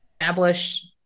establish